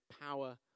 power